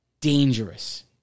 Dangerous